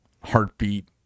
heartbeat